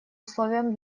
условием